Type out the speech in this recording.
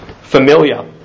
familiar